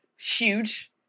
huge